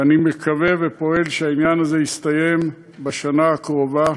ואני מקווה ופועל שהעניין הזה יסתיים בשנה הקרובה,